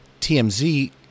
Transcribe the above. TMZ